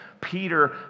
Peter